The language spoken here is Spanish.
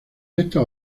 estas